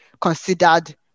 considered